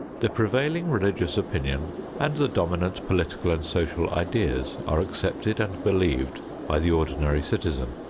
the prevailing religious opinion and the dominant political and social ideas are accepted and believed by the ordinary citizen.